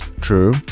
true